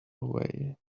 away